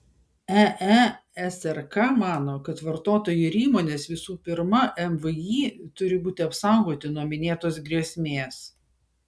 eesrk mano kad vartotojai ir įmonės visų pirma mvį turi būti apsaugoti nuo minėtos grėsmės